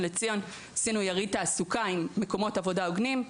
לציון יריד תעסוקה עם מקומות עבודה הוגנים.